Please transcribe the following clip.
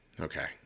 Okay